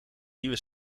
nieuwe